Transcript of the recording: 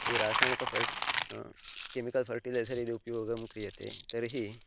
यत्र रासायनिकफर्ट chemical fertiliser यदि उपयोगं क्रियते तर्हि